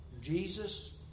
Jesus